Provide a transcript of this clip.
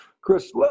Chris